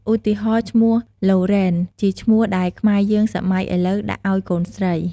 ឧទាហរណ៍ឈ្មោះឡូរេន (Lauren) ជាឈ្មោះដែលខ្មែរយើងសម័យឥលូវដាក់អោយកូនស្រី។